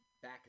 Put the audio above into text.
Back